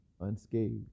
unscathed